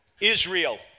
Israel